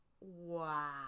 wow